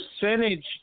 percentage